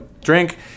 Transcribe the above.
Drink